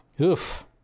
Oof